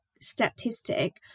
statistic